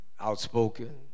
outspoken